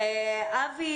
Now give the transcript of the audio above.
אבי